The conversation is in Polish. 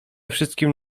wszystkim